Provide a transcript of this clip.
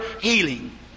healing